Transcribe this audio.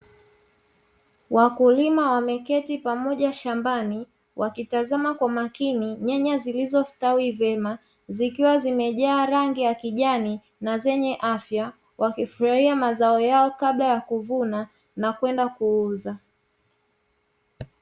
Wakulima wameketi pamoja shambani wakitazama kwa makini nyanya nyaya zilizostawi vyema, zikiwa zimejaa rangi ya kijani na zenye afya, wakifurahia mazao yao Kabla ya kuvuna na kwenda kuuza.